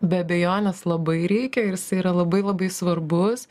be abejonės labai reikia ir jisai yra labai labai svarbus